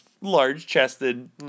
large-chested